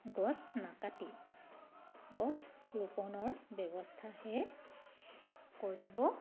গছ নাকাটি গছ ৰোপণৰ ব্যৱস্থাহে কৰিব